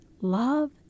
love